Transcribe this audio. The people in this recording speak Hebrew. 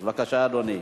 בבקשה, אדוני.